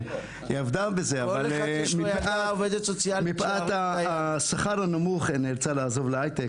אבל מפאת השכר הנמוך נאלצה לעזוב להייטק